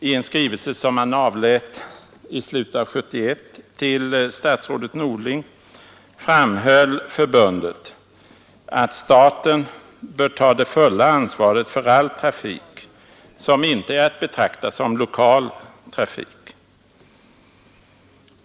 I en skrivelse som man avlät i slutet av 1971 till statsrådet Norling framhöll förbundet att staten bör ta det fulla ansvaret för all trafik som inte är att betrakta som lokal trafik.